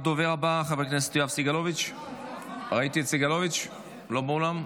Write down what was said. הדובר הבא, חבר הכנסת יואב סגלוביץ' לא באולם?